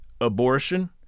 abortion